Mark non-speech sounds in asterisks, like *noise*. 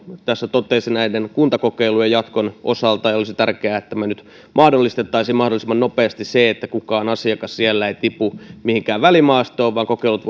totesi kuntakokeilujen jatkon osalta ja olisi tärkeää että me nyt mahdollistaisimme mahdollisimman nopeasti sen että kukaan asiakas siellä ei tipu mihinkään välimaastoon vaan kokeilut *unintelligible*